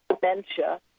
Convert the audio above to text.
dementia